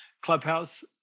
Clubhouse